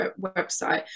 website